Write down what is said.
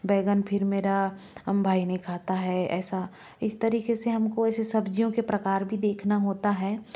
बैगन फिर मेरा भाई नहीं खाता है ऐसा इस तरीके से हमको ऐसे सब्जियों के प्रकार भी देखना होता है